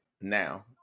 Now